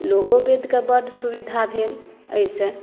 लोगो वेदक बड़ सुविधा भेल एहिसँ